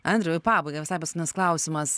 andriau į pabaigą visai paskutinis klausimas